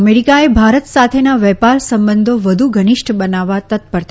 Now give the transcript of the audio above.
અમેરિકાએ ભારત સાથેના વેપાર સંબંધો વધુ ઘનીષ્ઠ બનાવવા તત્પરતા